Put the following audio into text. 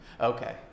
okay